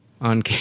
on